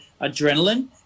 adrenaline